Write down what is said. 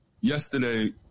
yesterday